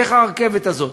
דרך הרכבת הזאת.